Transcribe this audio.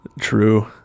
True